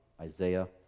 Isaiah